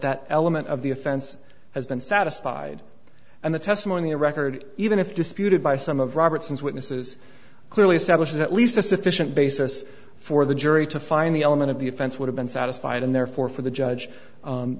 that element of the offense has been satisfied and the testimony of record even if disputed by some of robertson's witnesses clearly establishes at least a sufficient basis for the jury to find the element of the offense would have been satisfied and therefore for the judge